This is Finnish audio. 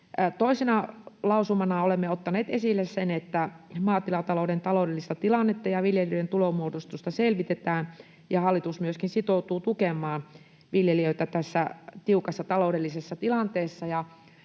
Toisena lausumana olemme ottaneet esille sen, että maatilatalouden taloudellista tilannetta ja viljelijöiden tulonmuodostusta selvitetään ja hallitus myöskin sitoutuu tukemaan viljelijöitä tässä tiukassa taloudellisessa tilanteessa.